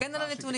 כן על הנתונים,